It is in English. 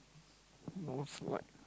most like